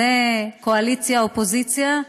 זה קואליציה אופוזיציה,